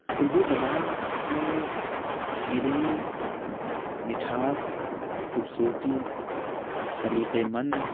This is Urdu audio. اردو زبان اپنے شیرینی مٹھاس خوبصورتی سلیقہ مند